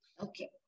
Okay